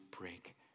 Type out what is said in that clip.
break